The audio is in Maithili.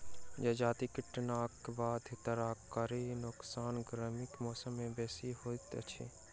जजाति कटनीक बाद तरकारीक नोकसान गर्मीक मौसम मे बेसी होइत अछि